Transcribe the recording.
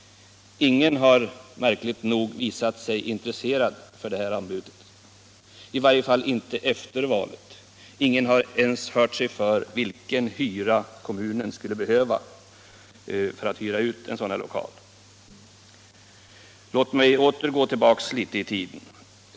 Ingen har märkligt nog visat sig intresserad av det här anbudet, i varje fall inte efter valet. Ingen har ens hört sig för om vilken hyra kommunen skulle behöva ta ut för en sådan här lokal. Låt mig åter gå tillbaka litet i tiden.